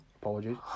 Apologies